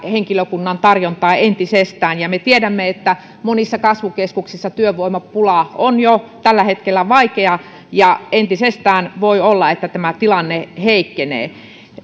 henkilökunnan tarjontaa entisestään me tiedämme että monissa kasvukeskuksissa työvoimapula on jo tällä hetkellä vaikea ja voi olla että tämä tilanne entisestään heikkenee